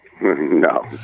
no